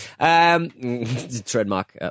Trademark